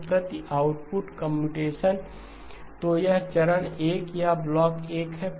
तो प्रति output computation तो यह चरण 1 या ब्लॉक 1 है